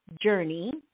journey